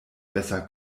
besser